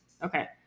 Okay